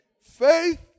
Faith